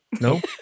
Nope